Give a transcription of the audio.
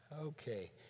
Okay